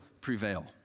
prevail